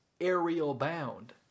aerial-bound